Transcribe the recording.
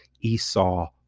Esau